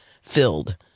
filled